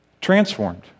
transformed